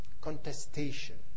contestation